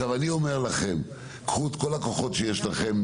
אני אומר לכם: קחו את כל הכוחות שיש לכם,